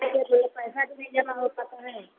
पैसा भी नहीं जमा हो पाता है